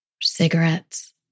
Cigarettes